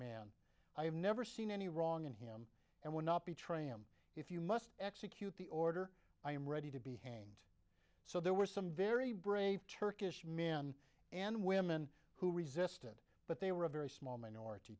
man i have never seen any wrong in him and were not betray him if you must execute the order i am ready to behead so there were some very brave turkish men and women who resisted but they were a very small minority